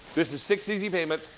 this is six easy payments,